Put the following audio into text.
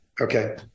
Okay